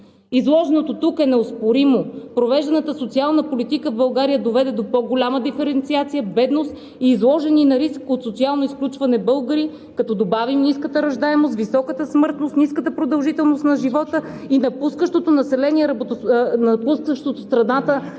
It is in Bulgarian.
Изложеното тук е неоспоримо. Провежданата социална политика в България доведе до по-голяма диференциация, бедност и риск от социално изключване на българите, а като добавим ниската раждаемост, високата смъртност, ниската продължителност на живота и напускащото страната